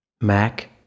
Mac